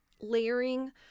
layering